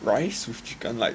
rice with chicken like